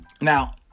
Now